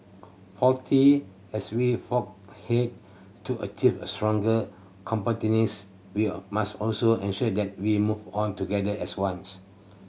fourth as we forge ahead to achieve a stronger competitiveness we must also ensure that we move on together as ones